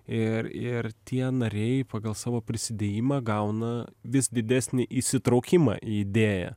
ir ir tie nariai pagal savo prisidėjimą gauna vis didesnį įsitraukimą į idėją